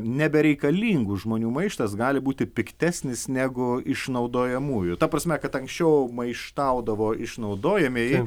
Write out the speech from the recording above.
nebereikalingų žmonių maištas gali būti piktesnis negu išnaudojamųjų ta prasme kad anksčiau maištaudavo išnaudojamieji